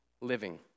living